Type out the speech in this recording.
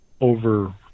over